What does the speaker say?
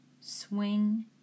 swing